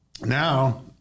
now